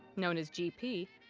known as gp,